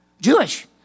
Jewish